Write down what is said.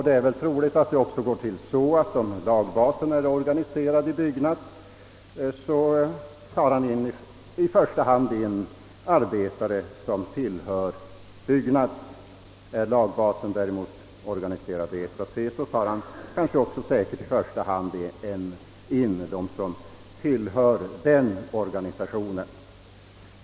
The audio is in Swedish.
Det är troligen också så att lagbasen, om han är organiserad inom Byggnadsarbetareförbundet, i första hand tar in arbetare som tillhör detta förbund. är lagbasen däremot organiserad i SAC, tar han säkerligen också i första hand in arbetare som tillhör denna organisation.